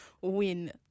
win